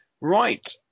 Right